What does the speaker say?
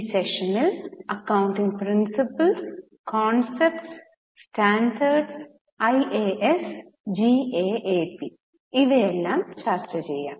ഈ സെഷനിൽ accounting principles concepts standards I A S G A A P ഇവയെല്ലാം ചർച്ച ചെയ്യാം